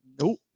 Nope